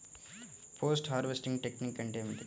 Post harvesting technique అంటే ఏమిటీ?